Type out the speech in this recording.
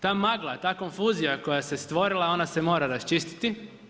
Ta magla, ta konfuzija koja se stvorila, ona se mora raščistiti.